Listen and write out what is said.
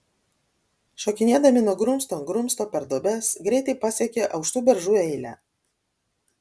šokinėdami nuo grumsto ant grumsto per duobes greitai pasiekė aukštų beržų eilę